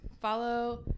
Follow